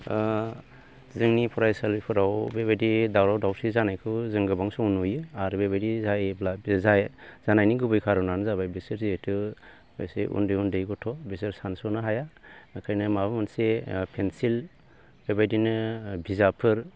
जोंनि फरायसालिफोराव बेबायदि दावराव दावसि जानायखौ जों गोबां सम नुयो आरो बेबायदि जायोब्ला जानायनि गुबै खारनानो जाबाय बिसोर जिहैथु एसे उन्दै उन्दै गथ' बिसोर सानसनो हाया बेनिखायनो माबा मोनसे पेनसिल बेबायदिनो बिजाबफोर